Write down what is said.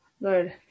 Lord